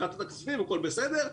הכול בסדר,